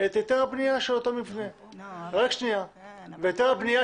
היתר הבנייה של אותו מבנה והיתר הבנייה